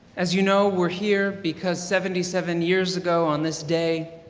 as you know we're here because seventy seven years ago on this day